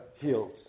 healed